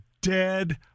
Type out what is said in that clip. dead